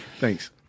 Thanks